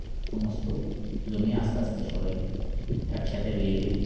সমস্ত জমি আস্তে আস্তে সবাই একসাথে রোয়ে ফেলি